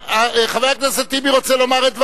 חבר הכנסת טיבי רוצה לומר את דברו.